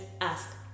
ask